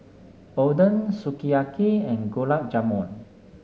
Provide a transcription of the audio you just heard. Oden Sukiyaki and Gulab Jamun